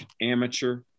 amateur